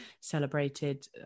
celebrated